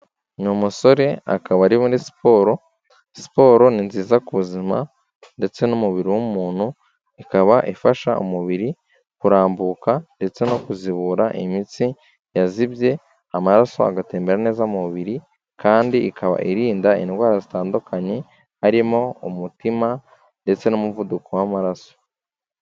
Ni umusore akaba ari muri siporo, siporo ni nziza ku buzima ndetse n'umubiri w'umuntu, ikaba ifasha umubiri kurambuka ndetse no kuzibura imitsi yazibye, amaraso agatembera neza mu mubiri kandi ikaba irinda indwara zitandukanye harimo umutima ndetse n'umuvuduko w'amaraso.